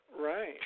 Right